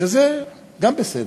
שזה גם בסדר,